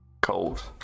Cold